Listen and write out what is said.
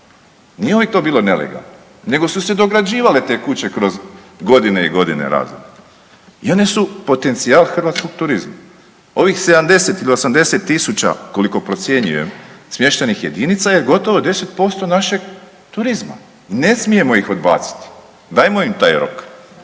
nije uvije to bilo nelegalno nego su se dograđivale te kuće kroz godine i godine rada i one su potencijal hrvatskog turizma. Ovih 70 ili 80 tisuća koliko procjenjujem smještajnih jedinica je gotovo 10% našeg turizma i ne smijemo ih odbaciti. Dajmo im taj rok